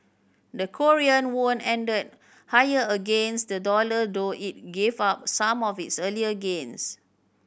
the Korean won ended higher against the dollar though it gave up some of its earlier gains